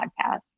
podcast